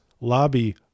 lobby